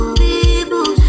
people